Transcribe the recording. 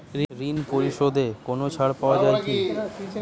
ঋণ পরিশধে কোনো ছাড় পাওয়া যায় কি?